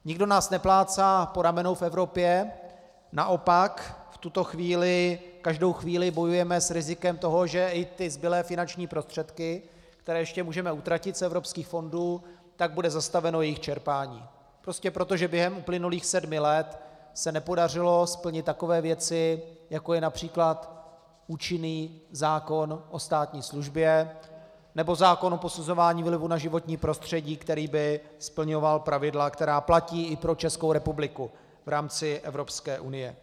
Nikdo nás neplácá po ramenou v Evropě, naopak v tuto chvíli každou chvíli bojujeme s rizikem toho, že i ty zbylé finanční prostředky, které ještě můžeme utratit z evropských fondů, bude zastaveno jejich čerpání, prostě proto, že během uplynulých sedmi let se nepodařilo splnit takové věci, jako je např. účinný zákon o státní službě nebo zákon o posuzování vlivu na životní prostředí, který by splňoval pravidla, která platí i pro Českou republiku v rámci Evropské unie.